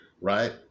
Right